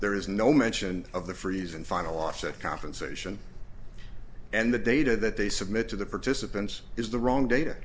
there is no mention of the freeze and final offset compensation and the data that they submit to the participants is the wrong data